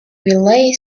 relay